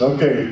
Okay